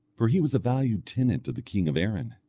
for he was a valued tenant of the king of erin,